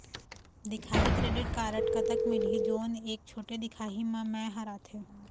दिखाही credit card कतक मिलही जोन एक छोटे दिखाही म मैं हर आथे?